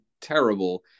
terrible